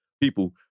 people